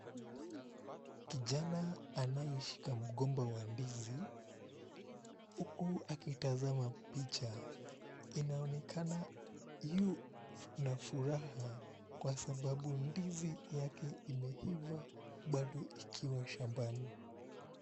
Kijana anayeshika mgomba wa ndizi huku akitazama picha. Inaonekana yu na furaha kwa sababu ndizi yake imeiva bado ikiwa shambani.